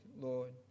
Lord